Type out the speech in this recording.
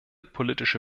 politische